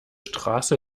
straße